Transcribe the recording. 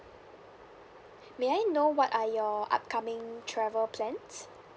may I know what are your upcoming travel plans